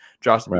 Josh